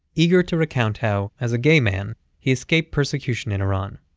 eager to recount how as a gay man he escaped persecution in iran.